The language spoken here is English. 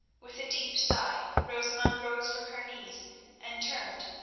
with a deep sigh, rosamund rose from her knees and turned,